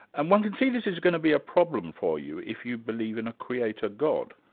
and one can see this is going to be a problem for you if you believe in a creator god.